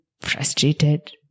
frustrated